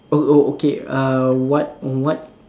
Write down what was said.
oh oh okay uh what what